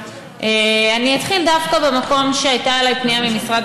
אני אתחיל דווקא במקום שהייתה אליי פנייה ממשרד